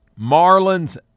Marlins